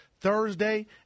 Thursday